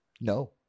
No